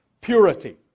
purity